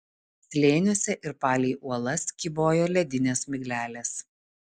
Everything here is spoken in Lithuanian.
slėniuose ir palei uolas kybojo ledinės miglelės